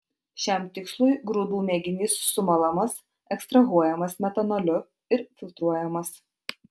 šiam tikslui grūdų mėginys sumalamas ekstrahuojamas metanoliu ir filtruojamas